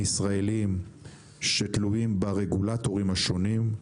ישראליים שתלויים ברגולטורים השונים.